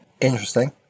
interesting